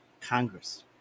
Congress